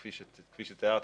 כפי שתיארתי,